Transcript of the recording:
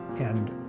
and